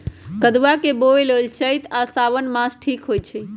कदुआ बोए लेल चइत आ साओन मास ठीक होई छइ